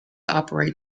operate